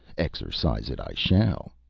exercise it i shall,